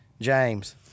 James